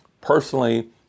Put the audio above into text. personally